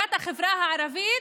והנהגת החברה הערבית,